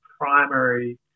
primary